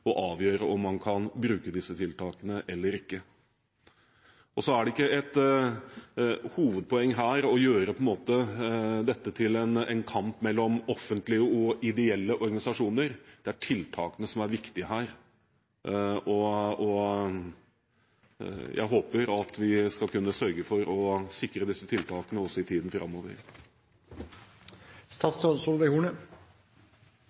å avgjøre om man kan bruke disse tiltakene eller ikke. Så er det ikke et hovedpoeng her å gjøre dette til en kamp mellom offentlige og ideelle organisasjoner. Det er tiltakene som er viktige her. Jeg håper at vi skal kunne sørge for å sikre disse tiltakene også i tiden framover.